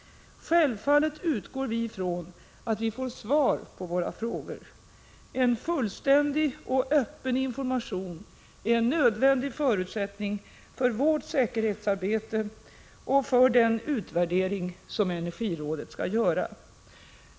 Självfallet utgår vi från att vi får svar på våra frågor. En fullständig och öppen information är en nödvändig förutsättning för vårt säkerhetsarbete och för den utvärdering som energirådet skall göra.